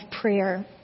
prayer